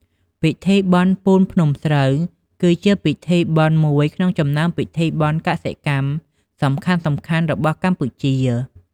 ពិធីបុណ្យពូនភ្នំស្រូវ គឺជាពិធីបុណ្យមួយក្នុងចំណោមពិធីបុណ្យកសិកម្មសំខាន់ៗរបស់កម្ពុជា ។